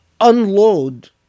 unload